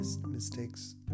Mistakes